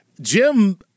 Jim